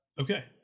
Okay